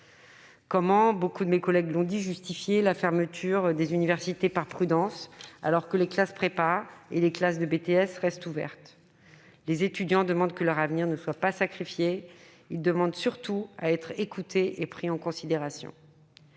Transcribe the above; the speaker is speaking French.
cette question : comment justifier la fermeture des universités, par prudence, alors que les classes préparatoires et les classes de BTS restent ouvertes ? Les étudiants demandent que leur avenir ne soit pas sacrifié ; ils demandent surtout à être écoutés et pris en considération.